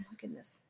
goodness